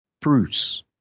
Bruce